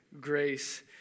grace